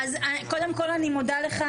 קודם כול אני מודה לך,